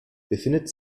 befindet